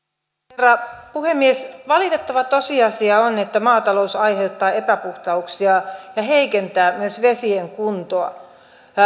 herra puhemies valitettava tosiasia on että maatalous aiheuttaa epäpuhtauksia ja heikentää myös vesien kuntoa